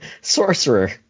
Sorcerer